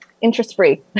Interest-free